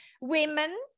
women